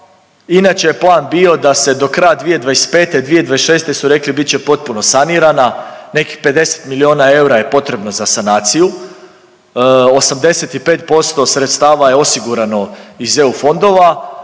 inače je plan bio da se do kraja 2025., 2026. su rekli, bit će potpuno sanirana, nekih 50 milijuna eura je potrebno za sanaciju, 85% sredstava je osigurano iz EU fondova,